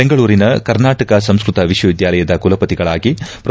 ಬೆಂಗಳೂರಿನ ಕರ್ನಾಟಕ ಸಂಸ್ವತ ವಿಶ್ವವಿದ್ಯಾಲಯದ ಕುಲಪತಿಯಾಗಿ ಪೊ